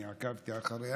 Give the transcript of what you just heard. אני עקבתי אחריה,